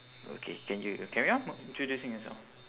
okay can you carry on introducing yourself